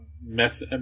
mess